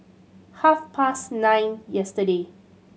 half past nine yesterday